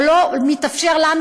או לא מתאפשר לנו,